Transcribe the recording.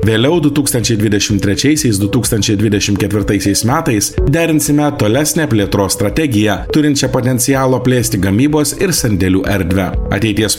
vėliau du tūkstančiai dvidešim trečiaisiais du tūkstančiai dvidešim ketvirtaisiais metais derinsime tolesnę plėtros strategiją turinčią potencialo plėsti gamybos ir sandėlių erdvę ateities